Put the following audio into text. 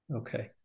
Okay